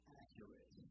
accurate